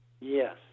Yes